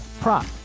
prop